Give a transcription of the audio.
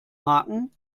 haken